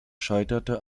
scheiterte